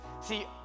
see